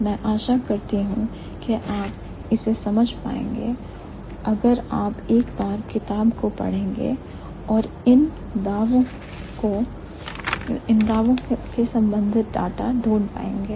मैं आशा करती हूं क्या आप इसे समझ पाएंगे अगर आप एक बार किताब पड़ेंगे और इन दावों से संबंधित डाटा ढूंढ पाएंगे